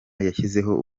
yashyizeho